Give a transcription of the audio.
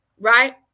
right